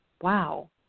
wow